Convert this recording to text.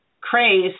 craze